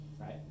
Right